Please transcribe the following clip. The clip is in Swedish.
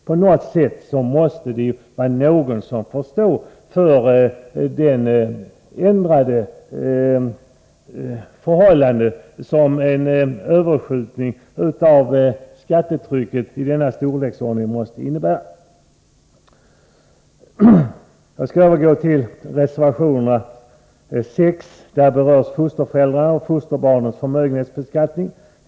På något sätt måste någon få stå för de ändrade förhållanden som en överskjutning av skattetrycket av denna storleksordning innebär. Jag skall övergå till reservation 6. Där berörs fosterföräldrars och fosterbarns förmögenhetsbeskattning.